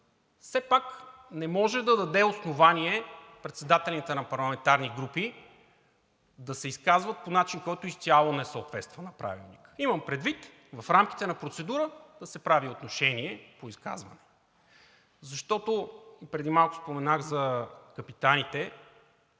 все пак не може да даде основание председателите на парламентарните групи да се изказват по начин, който изцяло не съответства на Правилника. Имам предвид в рамките на процедура да се прави отношение по изказване, защото преди малко споменах за капитаните